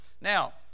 Now